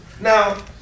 Now